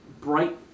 bright